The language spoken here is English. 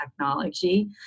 technology